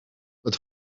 het